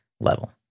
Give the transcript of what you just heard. level